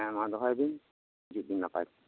ᱦᱮᱸ ᱢᱟ ᱫᱚᱦᱚᱭ ᱵᱤᱱ ᱦᱤᱡᱩᱜ ᱵᱤᱱ ᱱᱟᱯᱟᱭ ᱛᱮ